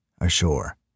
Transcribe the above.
ashore